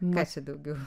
ką čia daugiau